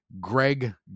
Greg